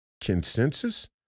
consensus